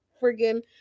friggin